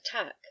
attack